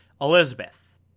Elizabeth